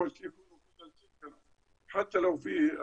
המנהיגות